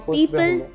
people